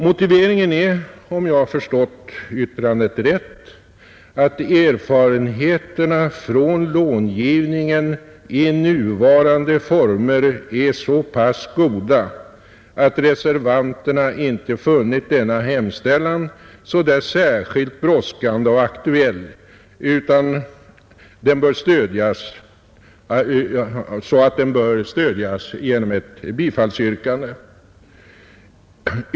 Motiveringen är, om jag har förstått yttrandet rätt, att erfarenheterna från långivningen i nuvarande former är så pass goda att reservanterna inte har funnit denna hemställan så där särskilt brådskande och aktuell så att den bör stödjas genom ett bifallsyrkande.